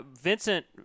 Vincent